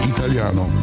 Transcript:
Italiano